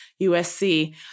USC